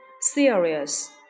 Serious